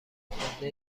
خوانده